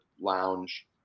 lounge